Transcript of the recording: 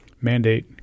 mandate